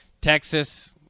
Texas